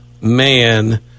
man